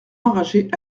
enragés